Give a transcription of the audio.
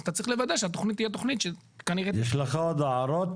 אז אתה צריך לוודא שהתכנית תהיה תכנית שכנראה --- יש לך עוד הערות,